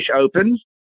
Opens